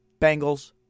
Bengals